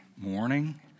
morning